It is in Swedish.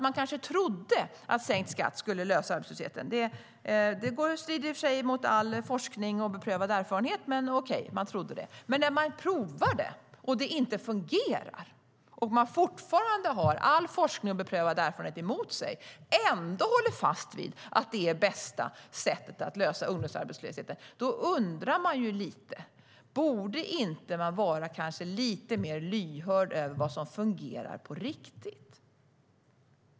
Man kanske trodde att sänkt skatt skulle lösa arbetslösheten. Det strider i och för sig mot all forskning och beprövad erfarenhet, men okej, man trodde det. Men när man provar det och det inte fungerar, och när man fortfarande har all forskning och beprövad erfarenhet emot sig och ändå håller fast vid att det är det bästa sättet att lösa ungdomsarbetslösheten, undrar jag om man inte borde vara lite mer lyhörd för vad som fungerar på riktigt.